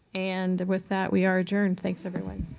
and with that, we are adjourned. thanks, everyone.